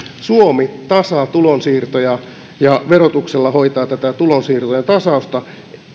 suomi tasaa tulonsiirtoja ja verotuksella hoitaa tätä tulonsiirtojen tasausta